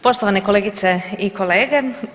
Poštovane kolegice i kolege.